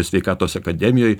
sveikatos akademijoj